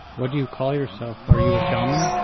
what do you call yourself, are you a shaman?